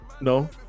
No